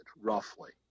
roughly